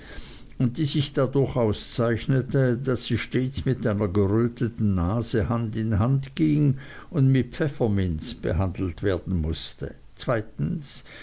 und die sich dadurch auszeichnete daß sie stets mit einer geröteten nase hand in hand ging und mit pfefferminz behandelt werden mußte zweitens